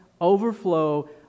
overflow